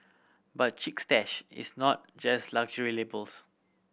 but Chic Stash is not just luxury labels